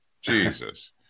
Jesus